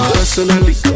personally